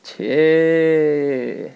!chey!